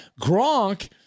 Gronk